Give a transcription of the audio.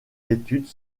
études